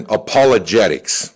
apologetics